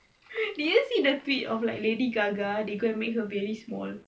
did you see the tweet of like lady gaga they go and make her very small